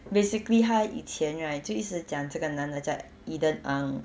basically 他以前 right 就一直讲这个男的叫 eden ang